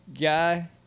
guy